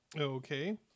Okay